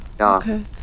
okay